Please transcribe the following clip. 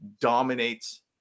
dominates